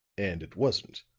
and it wasn't?